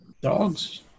Dogs